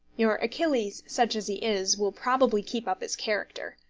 your achilles, such as he is, will probably keep up his character.